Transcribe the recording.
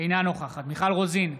אינה נוכחת מיכל רוזין,